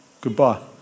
goodbye